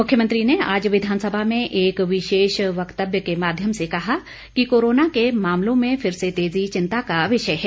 मुख्यमंत्री ने आज विधानसभा में एक विशेष वक्तव्य के माध्यम से कहा कि कोरोना के मामलो में फिर से तेजी चिंता का विषय है